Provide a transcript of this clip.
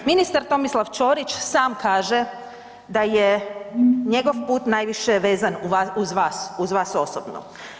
Ministar Tomislav Ćorić sam kaže da je njegov put najviše vezan uz vas, uz vas osobno.